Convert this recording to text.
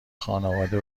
خانواده